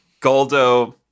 Goldo